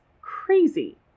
crazy